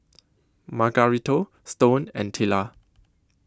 Margarito Stone and Tilla